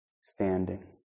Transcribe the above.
Standing